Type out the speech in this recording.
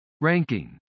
Ranking